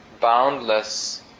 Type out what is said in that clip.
boundless